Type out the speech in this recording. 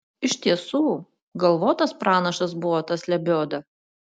iš tiesų galvotas pranašas buvo tas lebioda